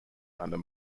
under